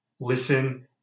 listen